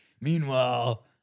Meanwhile